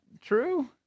true